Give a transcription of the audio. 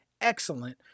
excellent